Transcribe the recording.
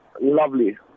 lovely